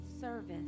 service